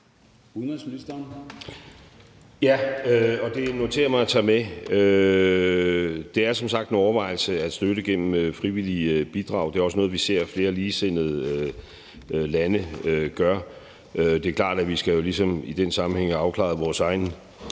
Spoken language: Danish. Ja, og det noterer jeg mig at tage med. Det er som sagt en overvejelse at støtte gennem frivillige bidrag. Det er også noget, vi ser flere ligesindede lande gør. Det er klart, at vi i den sammenhæng jo ligesom skal